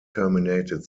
terminated